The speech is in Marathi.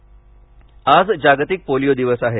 पोलिओ आज जागतिक पोलिओ दिवस आहे